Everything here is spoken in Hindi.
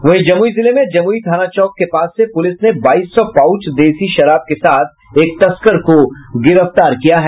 वहीं जमुई जिले में जमुई थाना चौक के पास से पुलिस ने बाईस सौ पाउच देसी शराब के साथ एक तस्कर को गिरफ्तार किया है